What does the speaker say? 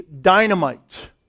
dynamite